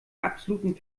absoluten